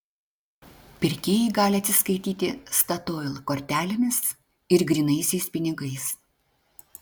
pirkėjai gali atsiskaityti statoil kortelėmis ir grynaisiais pinigais